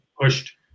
pushed